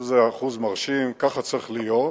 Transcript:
זה אחוז מרשים, ככה צריך להיות,